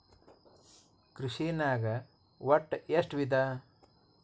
ಕೃಷಿನಾಗ್ ಒಟ್ಟ ಎಷ್ಟ ವಿಧ?